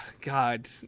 God